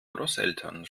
großeltern